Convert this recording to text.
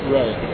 right